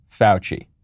Fauci